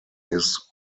his